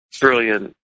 brilliant